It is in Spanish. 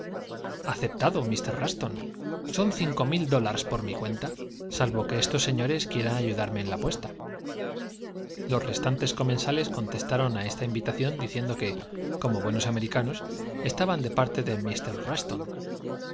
aceptado mi russton son cinco mil dollars por mi cuenta salvo que estos señores quieran ayu darme en la apuesta los restantes comensales contestaron á esta invita buenos americanos estaban ción diciendo que corno de parte de